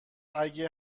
اگه